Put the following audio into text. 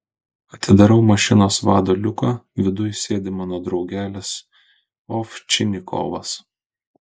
atidarau mašinos vado liuką viduj sėdi mano draugelis ovčinikovas